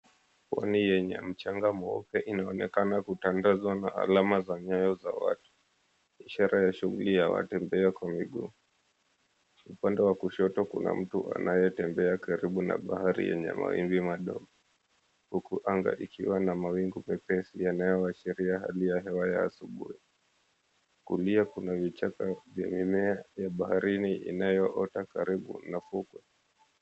Pwani yenye mchanga mweupe inaonekana kutandazwa na alama za nyayo za watu, Ishara ya shughuli ya watembea kwa miguu. Upande wa kushoto kuna mtu anayetembea karibu na bahari yenye mawimbi madogo huku anga ikiwa na mawingu mepesi yanayoashiria hali ya hewa ya asubuhi. Kulia kuna vichaka vya mimea ya baharini inayoota karibu na fukwe.